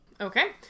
Okay